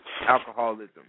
alcoholism